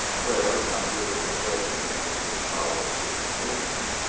where, under the judging of mr. charles h. mason,